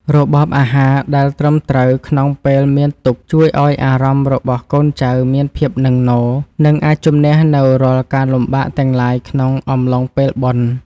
របបអាហារដែលត្រឹមត្រូវក្នុងពេលមានទុក្ខជួយឱ្យអារម្មណ៍របស់កូនចៅមានភាពនឹងនរ និង អាចជម្នះនូវរាល់ការលំបាកទាំងឡាយក្នុងអំឡុងពេលបុណ្យ។